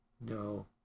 No